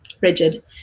rigid